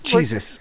Jesus